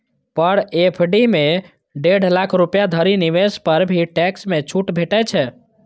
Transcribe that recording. पर FD मे डेढ़ लाख रुपैया धरि निवेश पर ही टैक्स मे छूट भेटै छै